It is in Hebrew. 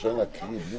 אז אתה עוזר לי בדרך.